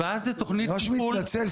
ואז זה תוכנית טיפול --- אני ממש מתנצל,